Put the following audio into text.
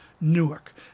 Newark